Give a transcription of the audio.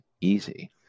easy